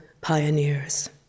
pioneers